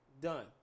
done